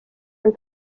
või